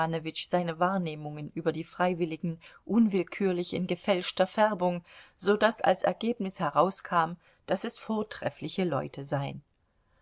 seine wahrnehmungen über die freiwilligen unwillkürlich in gefälschter färbung so daß als ergebnis herauskam daß es vortreffliche leute seien